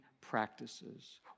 practices